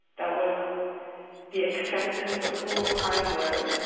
that was the acceptance of who i was